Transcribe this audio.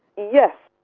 yes.